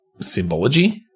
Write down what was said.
Symbology